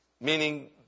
meaning